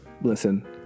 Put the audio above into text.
listen